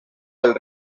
del